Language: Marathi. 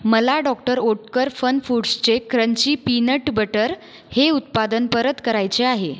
मला डॉक्टर ओटकर फन फूड्सचे क्रंची पीनट बटर हे उत्पादन परत करायचे आहे